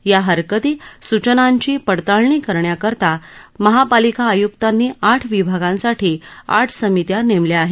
या हरकती सूचनांची पडताळणी करण्याकरता महापालिका आय्क्तांनी आठ विभागांसाठी आठ समित्या नेमल्या आहेत